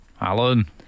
Alan